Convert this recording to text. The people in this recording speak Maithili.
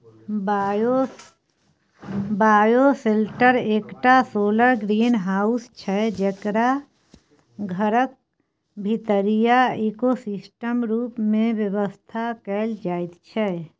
बायोसेल्टर एकटा सौलर ग्रीनहाउस छै जकरा घरक भीतरीया इकोसिस्टम रुप मे बेबस्था कएल जाइत छै